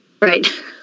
right